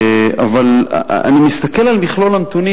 אבל אני מסתכל על מכלול הנתונים.